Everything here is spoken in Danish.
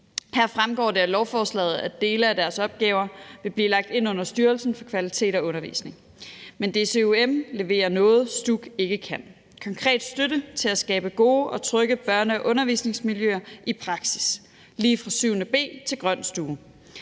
Her fremgår det af lovforslaget, at dele af deres opgaver vil blive lagt ind under Styrelsen for Kvalitet og Undervisning. Men DCUM leverer noget, som STUK ikke kan, nemlig konkret støtte til at skabe gode og trygge børne- og undervisningsmiljøer i praksis, lige fra 7. B til grøn stue.